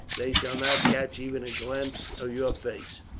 they shall not catch even a glimpse of your face.